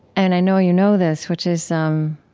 and i know you know this, which is um